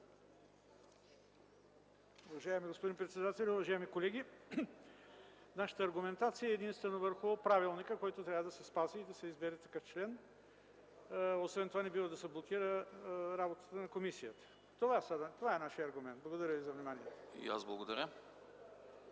Уважаеми господин председателю, уважаеми колеги! Нашата аргументация е единствено върху правилника, който трябва да се спази и да се избере такъв член. Освен това не бива да се блокира работата на комисията. Това е нашият аргумент. Благодаря за вниманието.